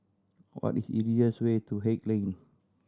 what is the easiest way to Haig Lane